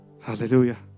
Hallelujah